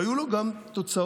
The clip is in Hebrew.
והיו לו גם תוצאות